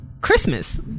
christmas